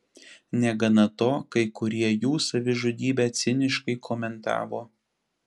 negana to kai kurie jų savižudybę ciniškai komentavo